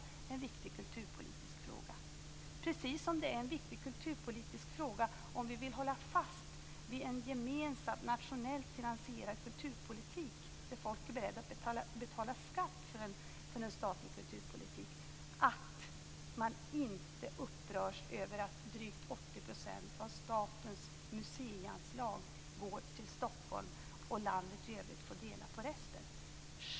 Det är en viktig kulturpolitisk fråga, precis som det är en viktig kulturpolitisk fråga om vi vill hålla fast vid en gemensam nationellt finansierad kulturpolitik, där folk är beredda att betala skatt för en statlig kulturpolitik och inte upprörs över att drygt 80 % av statens museianslag går till Stockholm, och landet i övrigt får dela på resten.